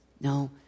No